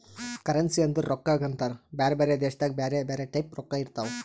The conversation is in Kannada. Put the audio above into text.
ಕರೆನ್ಸಿ ಅಂದುರ್ ರೊಕ್ಕಾಗ ಅಂತಾರ್ ಬ್ಯಾರೆ ಬ್ಯಾರೆ ದೇಶದಾಗ್ ಬ್ಯಾರೆ ಬ್ಯಾರೆ ಟೈಪ್ ರೊಕ್ಕಾ ಇರ್ತಾವ್